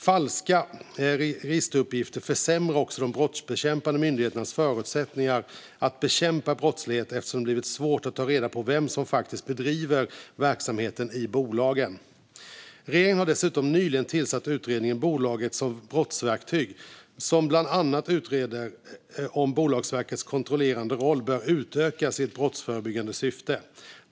Falska registeruppgifter försämrar också de brottsbekämpande myndigheternas förutsättningar att bekämpa brottslighet, eftersom det blir svårt att ta reda på vem som faktiskt bedriver verksamheten i bolagen. Regeringen har dessutom nyligen genom direktivet Bolaget som brottsverktyg tillsatt en utredning som bland annat utreder om Bolagsverkets kontrollerande roll bör utökas i ett brottsförebyggande syfte.